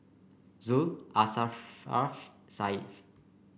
Zul Asharaff Syah